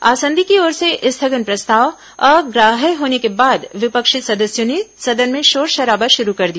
आसंदी की ओर से स्थगन प्रस्ताव अग्राहृय होने के बाद विपक्षी सदस्यों ने सदन में शोर शराबा शुरू कर दिया